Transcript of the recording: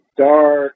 dark